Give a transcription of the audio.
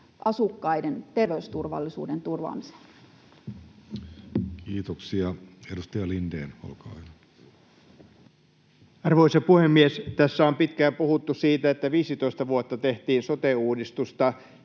asukkaiden terveysturvallisuuden turvaamiseen? Kiitoksia. — Edustaja Lindén, olkaa hyvä. Arvoisa puhemies! Tässä on pitkään puhuttu siitä, että 15 vuotta tehtiin sote-uudistusta.